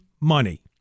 money